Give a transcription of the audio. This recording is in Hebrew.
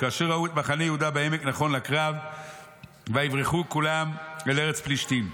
וכאשר ראו את מחנה יהודה בעמק נכון לקרב ויברחו כולם אל ארץ פלישתים."